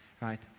right